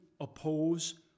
oppose